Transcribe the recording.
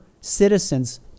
citizens